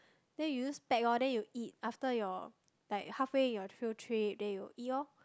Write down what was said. then you use pack lor then you eat after you're like halfway through your field trip then you eat lor